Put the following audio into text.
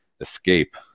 escape